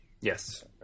Yes